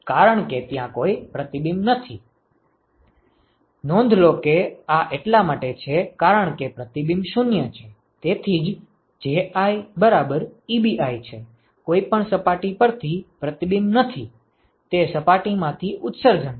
કારણ કે ત્યાં કોઈ પ્રતિબિંબ નથી નોંધ લો કે આ એટલા માટે છે કારણ કે પ્રતિબિંબ 0 છે તેથી જ JiEbi છે કોઈપણ સપાટી પરથી કોઈ પ્રતિબિંબ નથી તે સપાટીમાંથી ઉત્સર્જન છે